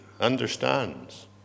understands